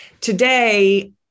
today